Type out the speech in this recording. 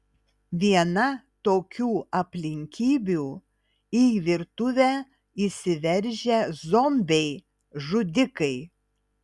viena tokių aplinkybių į virtuvę įsiveržę zombiai žudikai